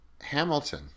Hamilton